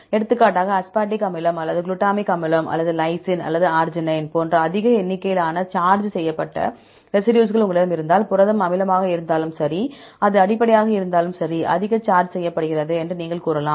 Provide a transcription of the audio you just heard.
எடுத்துக்காட்டாக அஸ்பார்டிக் அமிலம் அல்லது குளுட்டமிக் அமிலம் அல்லது லைசின் அல்லது அர்ஜினைன் போன்ற அதிக எண்ணிக்கையிலான சார்ஜ் செய்யப்பட்ட ரெசிடியூஸ்கள் உங்களிடம் இருந்தால் புரதம் அமிலமாக இருந்தாலும் சரி அது அடிப்படையாக இருந்தாலும் சரி அதிக சார்ஜ் செய்யப்படுகிறது என்று நீங்கள் கூறலாம்